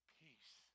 peace